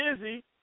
busy